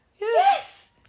yes